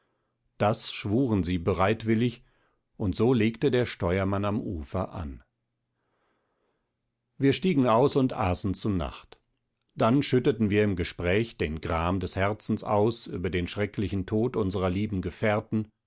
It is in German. das schwuren sie bereitwillig und so legte der steuermann am ufer an wir stiegen aus und aßen zu nacht dann schütteten wir im gespräch den gram des herzens aus über den schrecklichen tod unserer lieben gefährten